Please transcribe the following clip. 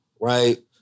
right